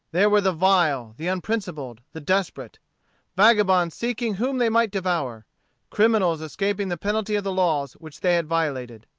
there were the vile, the unprincipled, the desperate vagabonds seeking whom they might devour criminals escaping the penalty of the laws which they had violated.